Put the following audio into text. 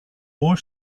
more